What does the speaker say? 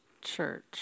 Church